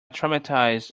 traumatized